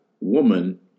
woman